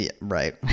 Right